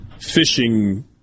fishing